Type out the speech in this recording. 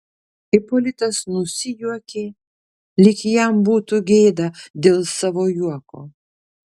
ipolitas nusijuokė lyg jam būtų gėda dėl savo juoko